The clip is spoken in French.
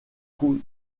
coût